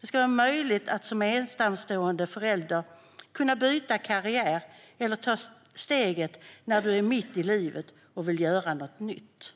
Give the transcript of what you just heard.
Det ska vara möjligt att byta karriär som ensamstående förälder eller mitt i livet ta steget för att göra något nytt.